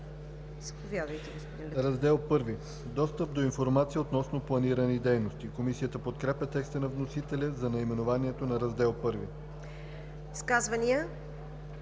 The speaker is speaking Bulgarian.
„Раздел I – Достъп до информация относно планирани дейности“. Комисията подкрепя текста на вносителя за наименованието на Раздел I. ПРЕДСЕДАТЕЛ